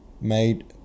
made